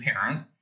parent